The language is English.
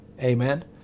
Amen